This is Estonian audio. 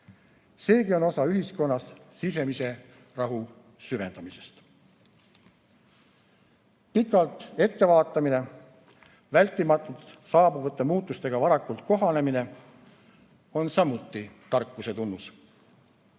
Seegi on osa ühiskonnas sisemise rahu süvendamisest. Pikalt ette vaatamine, vältimatult saabuvate muutustega varakult kohanemine on samuti tarkuse tunnus.